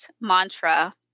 mantra